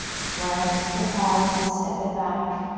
plant the palms, step it back.